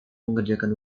mengerjakan